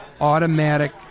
automatic